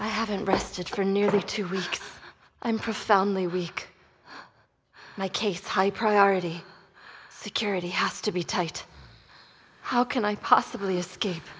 i haven't rested for nearly two weeks i'm profoundly weak my case high priority security has to be tight how can i possibly escape